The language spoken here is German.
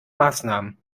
maßnahmen